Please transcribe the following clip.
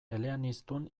eleaniztun